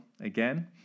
again